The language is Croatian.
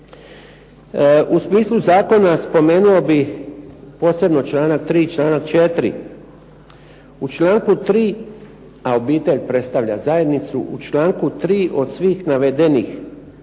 U smislu Zakona spomenuo bih posebno članak 3. i 4. U članku 3.a obitelj predstavlja zajednicu, u članku 3. od svih navedenih